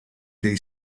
dei